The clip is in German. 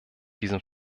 diesem